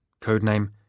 codename